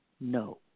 no